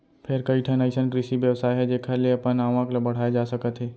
फेर कइठन अइसन कृषि बेवसाय हे जेखर ले अपन आवक ल बड़हाए जा सकत हे